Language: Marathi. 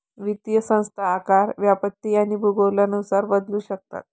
वित्तीय संस्था आकार, व्याप्ती आणि भूगोलानुसार बदलू शकतात